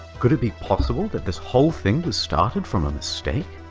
could it be possible that this whole thing was started from a mistake?